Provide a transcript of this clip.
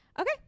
okay